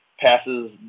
passes